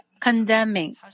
condemning